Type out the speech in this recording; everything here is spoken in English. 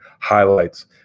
highlights